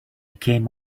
came